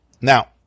Now